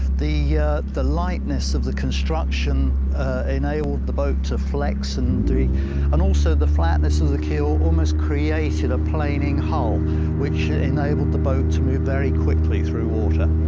the the lightness of the construction enabled the boat to flex and and also the flatness of the keel almost created a planing hull which enabled the boat to move very quickly through water.